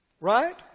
Right